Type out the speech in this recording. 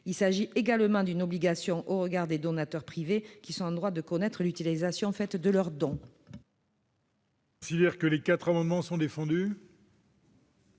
Il s'agit également d'une obligation à l'égard des donateurs privés, qui sont en droit de connaître l'utilisation qui est faite de leurs dons.